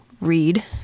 read